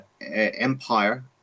empire